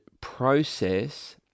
process